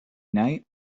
night